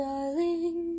Darling